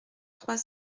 trois